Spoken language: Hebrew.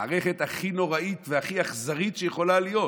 המערכת הכי נוראית והכי אכזרית שיכולה להיות,